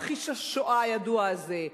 מכחיש השואה הידוע הזה.